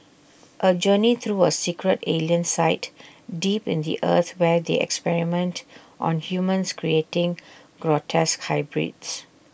A journey through A secret alien site deep in the earth where they experiment on humans creating grotesque hybrids